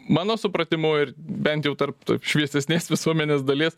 mano supratimu ir bent jau tarp tu šviesesnės visuomenės dalies